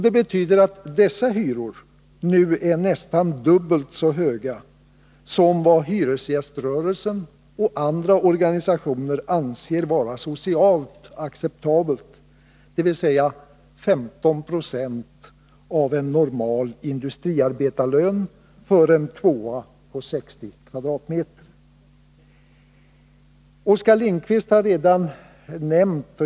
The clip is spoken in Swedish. Det betyder att dessa hyror nu är nästan dubbelt så höga som vad hyresgäströrelsen och andra organisationer anser vara socialt acceptabelt, dvs. 15 960 av en normal industriarbetarlön för en tvåa på 60 kvadratmeter.